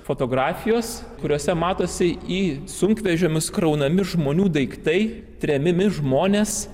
fotografijos kuriose matosi į sunkvežimius kraunami žmonių daiktai tremiami žmonės